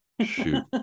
Shoot